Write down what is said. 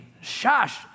shush